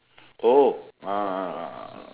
oh uh